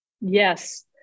Yes